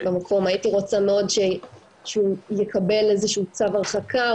הייתי רוצה מאוד שהוא יקבל איזשהו צו הרחקה,